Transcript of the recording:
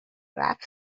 رفت